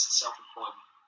self-employment